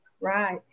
Right